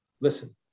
Listen